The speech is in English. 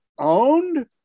Owned